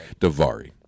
Davari